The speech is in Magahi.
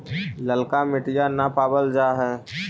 ललका मिटीया न पाबल जा है?